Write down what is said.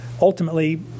ultimately